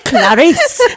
Clarice